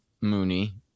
Mooney